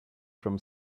from